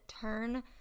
turn